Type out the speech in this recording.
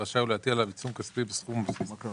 רשאי הוא להטיל עליו עיצום כספי בסכום הבסיסי: